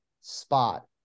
spot